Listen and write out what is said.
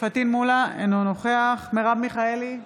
פטין מולא, אינו נוכח מרב מיכאלי,